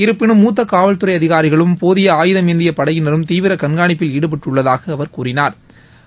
இருப்பினும் முத்த காவல்துறை அதிகாரிகளும் போதிய ஆயுதமேந்திய படையினரும் தீவிர கண்காணிப்பில் ஈடுபட்டுள்ளதாக அவர் கூறினாா்